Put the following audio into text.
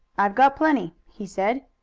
i've got plenty he said.